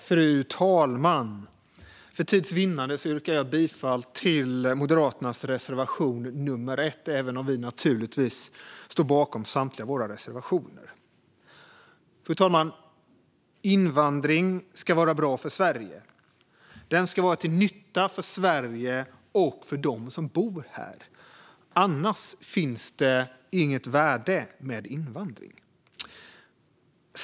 Fru talman! För tids vinnande yrkar jag bifall till reservation nummer 1 av Moderaterna, även om jag naturligtvis står bakom samtliga våra reservationer. Fru talman! Invandring ska vara bra för Sverige. Den ska vara till nytta för Sverige och för dem som bor här. Annars finns det inget värde med invandring.